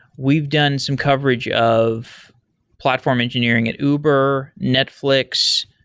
we've done some coverage of platform engineering at uber, netflix,